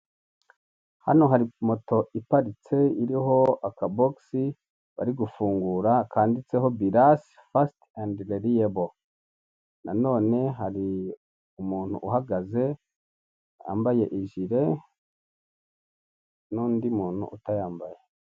Hano hari moto iparitse iriho akabogisi bari gufungura kanditseho birase faste endi veriyebo. Nanone hari umuntu uhagaze wambaye ijire n'undi muntu utayambaye.